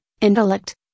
intellect